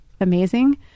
amazing